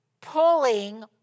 pulling